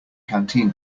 canteen